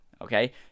okay